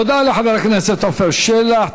תודה לחבר הכנסת עפר שלח.